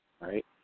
Right